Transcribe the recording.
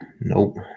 nope